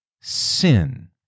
Sin